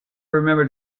remember